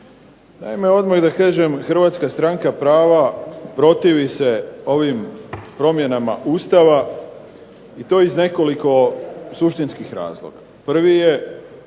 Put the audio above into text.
Naime odmah da kažem Hrvatska stranka prava protivi se ovim promjenama Ustava i to iz nekoliko suštinskih razloga. Prvi je